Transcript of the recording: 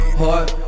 heart